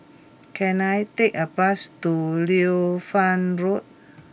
can I take a bus to Liu Fang Road